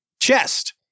chest